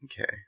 Okay